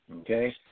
okay